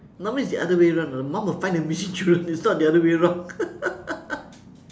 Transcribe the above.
mine is the other way round you know the mum will find the missing children it's not the other way round